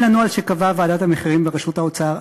בהתאם לנוהל שקבעה ועדת המחירים בראשות האוצר,